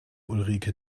ulrike